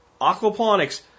aquaponics